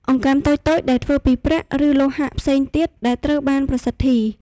អង្កាំតូចៗដែលធ្វើពីប្រាក់ ឬលោហៈផ្សេងទៀតដែលត្រូវបានប្រសិទ្ធី។